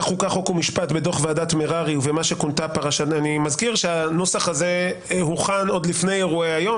אני מזכיר שהנוסח הזה הוכן עוד לפני אירועי היום.